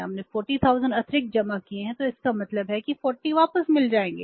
हमने 40000 अतिरिक्त जमा किए हैं तो इसका मतलब है कि 40 वापस मिल जाएंगे